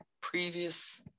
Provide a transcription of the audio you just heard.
previous